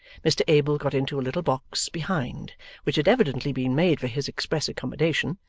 mr abel got into a little box behind which had evidently been made for his express accommodation,